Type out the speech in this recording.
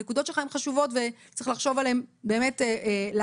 הנקודות שלך הן חשובות וצריך לחשוב עליהן באמת לעתיד,